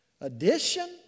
addition